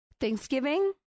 Thanksgiving